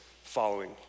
Following